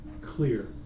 clear